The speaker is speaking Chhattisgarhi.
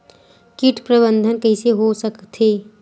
कीट प्रबंधन कइसे हो सकथे?